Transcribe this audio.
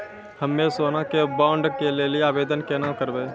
हम्मे सोना के बॉन्ड के लेली आवेदन केना करबै?